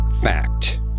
Fact